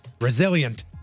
Resilient